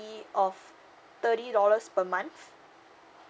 of thirty dollars per month